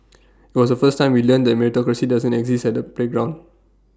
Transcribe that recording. IT was A first time we learnt that meritocracy doesn't exist at the playground